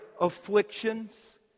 afflictions